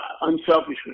unselfishly